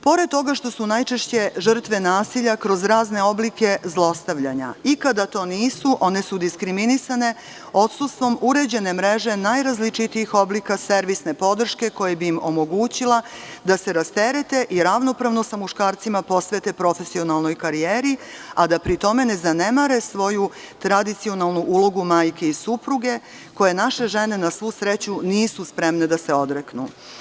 Pored toga što su najčešće žrtve nasilja kroz razne oblike zlostavljanja i kada to nisu, one su diskriminisane odsustvom uređene mreže najrazličitijih oblika servisne podrške koja bi im omogućila da se rasterete i ravnopravno sa muškarcima posvete profesionalnoj karijeri, a da pri tome ne zanemare svoju tradicionalnu ulogu majke i supruge, koje naše žene na svu sreću nisu spremne da se odreknu.